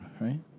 right